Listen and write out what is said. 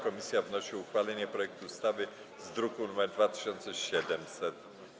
Komisja wnosi o uchwalenie projektu ustawy z druku nr 2700.